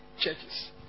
Churches